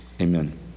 Amen